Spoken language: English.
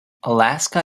alaska